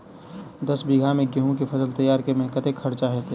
दस बीघा मे गेंहूँ केँ फसल तैयार मे कतेक खर्चा हेतइ?